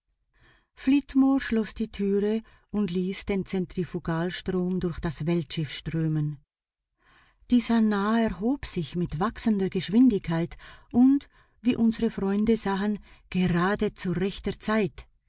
flitmore schloß die türe und ließ den zentrifugalstrom durch das weltschiff strömen die sannah erhob sich mit wachsender geschwindigkeit und wie unsre freunde sahen gerade zu rechter zeit